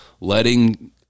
letting